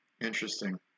Interesting